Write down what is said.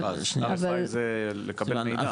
אבל לקבל מידע.